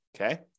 okay